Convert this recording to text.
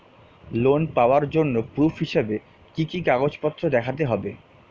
Loan পাওয়ার জন্য proof হিসেবে কি কি কাগজপত্র দেখাতে হবে?